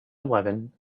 eleven